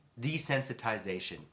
desensitization